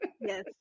Yes